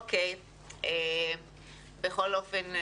בכל אופן,